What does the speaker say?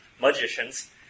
magicians